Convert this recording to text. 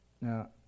Now